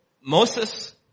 Moses